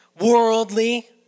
worldly